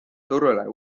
turule